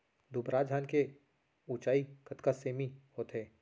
दुबराज धान के ऊँचाई कतका सेमी होथे?